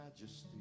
majesty